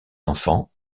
enfants